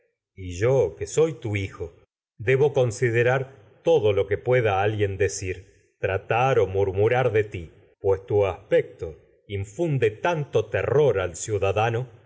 y yo que soy bien vista de otra manera que tu hijo debo o considerar todo lo pueda alguien decir tratar murmurar de ti pues tu aspecto infunde tanto terror al ciudadano